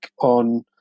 on